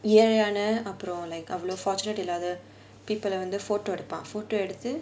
ஏழை ஆனா அவ்ளோ:yaezhai aana avlo fortunate இல்லாத:illaathaa people வந்து:vanthu photo எடுப்பான்:edupaan photo எடுத்து:eduthu